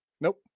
Nope